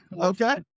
okay